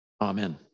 Amen